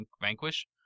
vanquish